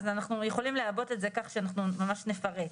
אז אנחנו יכולים לעבות את זה בכך שאנחנו ממש נפרט.